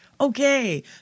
Okay